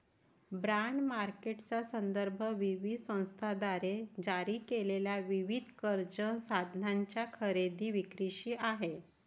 bond मार्केटचा संदर्भ विविध संस्थांद्वारे जारी केलेल्या विविध कर्ज साधनांच्या खरेदी विक्रीशी आहे